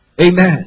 Amen